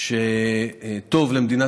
יש שיתוף פעולה